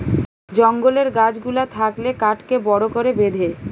জঙ্গলের গাছ গুলা থাকলে কাঠকে বড় করে বেঁধে